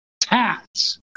tats